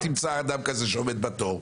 לא תמצא אדם כזה שעומד בתור.